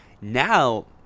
now